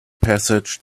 passage